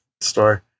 store